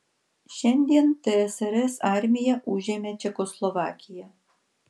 šiandien tsrs armija užėmė čekoslovakiją